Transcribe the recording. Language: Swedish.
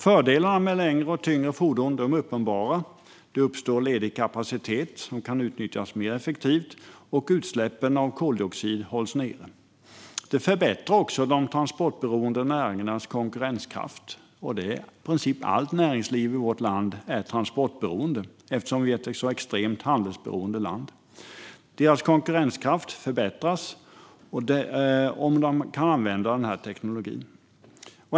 Fördelarna med längre och tyngre fordon är uppenbara. Det uppstår ledig kapacitet som kan utnyttjas mer effektivt, och utsläppen av koldioxid hålls ned. Det förbättrar också de transportberoende näringarnas konkurrenskraft. I princip allt näringsliv i vårt land är transportberoende eftersom Sverige är ett så extremt handelsberoende land. Näringslivets konkurrenskraft förbättras om det får tillgång till tekniken.